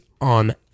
on